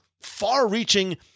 far-reaching